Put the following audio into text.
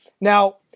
Now